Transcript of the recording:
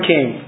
King